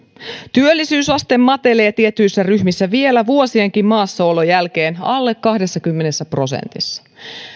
työllisyysaste matelee tietyissä ryhmissä vielä vuosienkin maassaolon jälkeen alle kahdessakymmenessä prosentissa